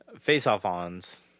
face-off-ons